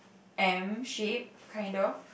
M shape kind of